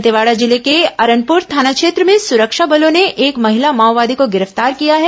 दंतेवाड़ा जिले के अरनपुर थाना क्षेत्र में सुरक्षा बलों ने एक महिला माओवादी को गिरफ्तार किया है